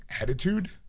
attitude